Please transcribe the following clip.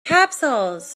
capsules